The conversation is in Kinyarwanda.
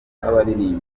w’abaririmbyi